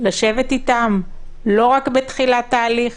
לשבת אתם, לא רק בתחילת תהליך?